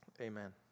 Amen